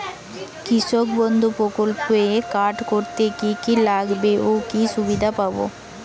কৃষক বন্ধু প্রকল্প কার্ড করতে কি কি লাগবে ও কি সুবিধা পাব?